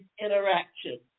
interaction